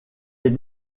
est